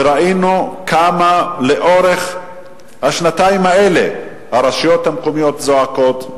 וראינו כמה לאורך השנתיים האלה הרשויות המקומיות זועקות,